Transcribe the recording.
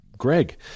Greg